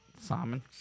Simon